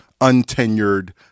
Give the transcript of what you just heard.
untenured